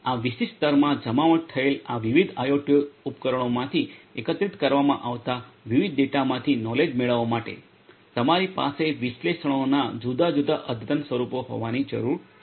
અને આ વિશિષ્ટ સ્તરમાં જમાવટ થયેલ આ વિવિધ આઇઓટી ઉપકરણોમાંથી એકત્રિત કરવામાં આવતા વિવિધ ડેટામાંથી નોલેજ મેળવવા માટે તમારી પાસે વિશ્લેષણોના જુદા જુદા અદ્યતન સ્વરૂપો હોવાની જરૂર છે